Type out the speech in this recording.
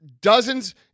dozens